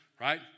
right